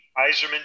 Iserman